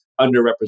underrepresented